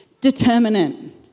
determinant